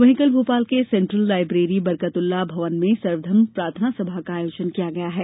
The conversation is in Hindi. वहीं कल भोपाल के सेंट्रल लाइब्रेरी बरकतउल्ला भवन में सर्वधर्म प्रार्थनासभा का आयोजन किया गया है